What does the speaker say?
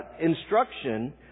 instruction